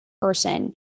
person